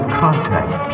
contact